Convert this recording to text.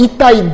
Itai